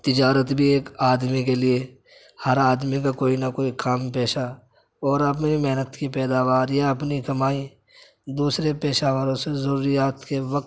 تجارت بھی ایک آدمی کے لیے ہر آدمی کا کوئی نہ کوئی کام پیشہ اور اپنے محنت کی پیداوار یا اپنی کمائی دوسرے پیشہ والوں سے ضروریات کے وقت